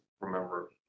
Remember